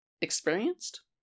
Experienced